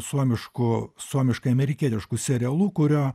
suomišku suomiškai amerikietišku serialu kurio